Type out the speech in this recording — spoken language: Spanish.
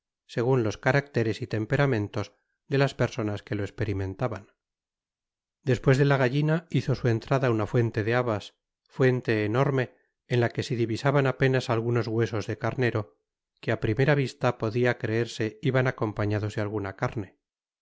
segun los caractéres y temperamentos de las personas que lo esperimentaban despues de la gallina hizo su entrada una fuente de habas fuente enorme en la que se divisaban apenas algunos huesos de carnero que á primera vista podia creerse iban acompañados de alguna carne